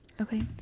okay